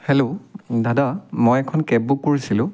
hello দাদা মই এখন কেব বুক কৰিছিলোঁ